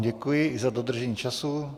Děkuji i za dodržení času.